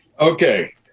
Okay